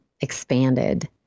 expanded